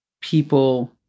people